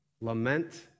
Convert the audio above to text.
lament